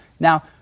Now